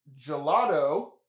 Gelato